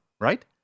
right